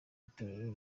itorero